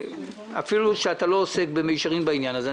אפילו שאתה לא עוסק במישרין בעניין הזה,